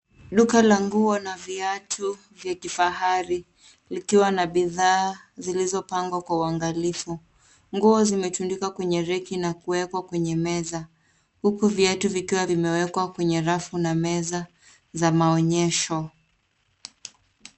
Duka la nguo na viatu vya kifahari, likiwa na bidhaa zilizopangwa kwa uangalifu, nguo zimetiundikwa kwenye reki na kuwekwa kwenye meza huku viatu vikiwa vimewekwa kwenye rafu na meza za maonyesho.